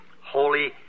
holy